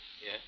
Yes